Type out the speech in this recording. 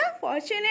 fortunate